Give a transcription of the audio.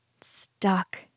stuck